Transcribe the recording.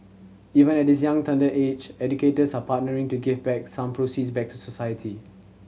even at this young tender age educators are partnering to give back some proceeds back to society